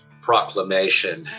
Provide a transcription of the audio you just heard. proclamation